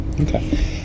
Okay